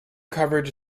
coverage